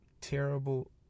terrible